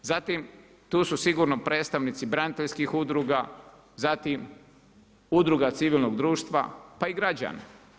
Zatim tu su sigurno predstavnici braniteljskih udruga, zatim, udruga civilnog društva, pa i građana.